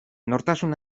nortasun